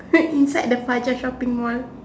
so inside the father shopping Mall